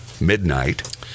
midnight